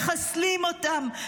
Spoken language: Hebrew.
מחסלים אותם,